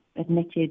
admitted